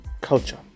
culture